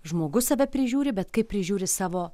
žmogus save prižiūri bet kaip prižiūri savo